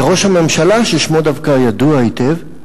וראש הממשלה, ששמו דווקא ידוע היטב,